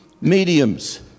mediums